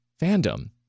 fandom